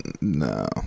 No